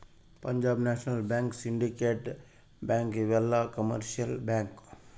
Punjab national bank syndicate bank ಇವೆಲ್ಲ commercial bank